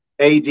AD